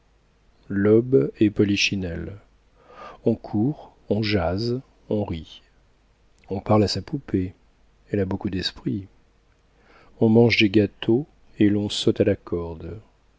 l'aube et polichinelle on court on jase on rit on parle à sa poupée elle a beaucoup d'esprit on mange des gâteaux et l'on saute à la corde